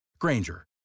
Granger